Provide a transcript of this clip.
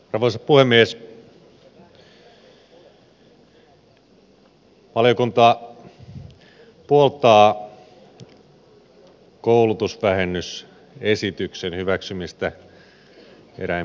valiokunta puoltaa koulutusvähennysesityksen hyväksymistä eräin muutoksin